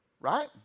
right